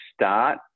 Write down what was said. start